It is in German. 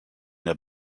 der